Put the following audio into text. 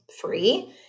free